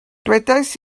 dywedais